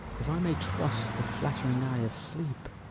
if i may trust the flattering eye of sleep,